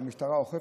והמשטרה אוכפת,